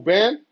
Ben